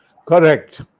Correct